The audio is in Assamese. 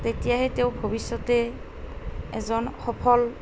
তেতিয়াহে তেওঁ ভৱিষ্যতে এজন সফল